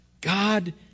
God